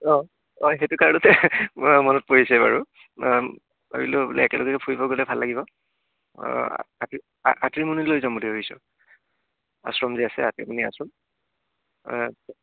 অঁ অঁ সেইটো কাৰণতে মনত পৰিছে বাৰু ভাবিলো বোলো একেলগে ফুৰিব গ'লে ভাল লাগিব আ আতিমুণিলৈ যাম বুলি ভাবিছোঁ আশ্ৰম যে আছে আতিমুণি আশ্ৰম